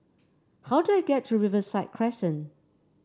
how do I get to Riverside Crescent